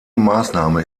maßnahme